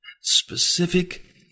Specific